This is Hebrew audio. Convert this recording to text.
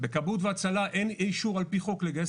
בכבאות והצלה אין אישור על פי חוק לגייס